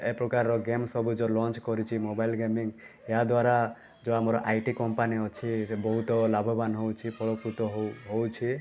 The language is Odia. ଏପ୍ରକାର ଗେମ୍ ସବୁ ଯେଉଁ ଲଞ୍ଚ୍ କରିଛି ମୋବାଇଲ୍ ଗେମିଙ୍ଗ୍ ଏହାଦ୍ୱାରା ଯେଉଁ ଆମର ଆଇ ଟି କମ୍ପାନୀ ଅଛି ସେ ବହୁତ ଲାଭବାନ ହେଉଛି ଫଳପ୍ରଦ ହେଉ ହେଉଛି